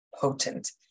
potent